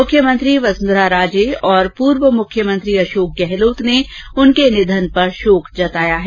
मुख्यमंत्री वसुधरा राजे और पूर्व मुख्यमंत्री अशोक गहलोत र्ने उनके निधन पर शोक जताया है